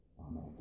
Amen